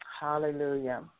Hallelujah